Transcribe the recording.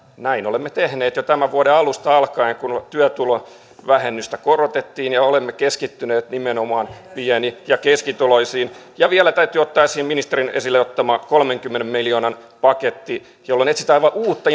näin olemme tehneet jo tämän vuoden alusta alkaen kun työtulovähennystä korotettiin ja olemme keskittyneet nimenomaan pieni ja keskituloisiin ja vielä täytyy ottaa esiin ministerin esille ottama kolmenkymmenen miljoonan paketti jolla etsitään aivan uutta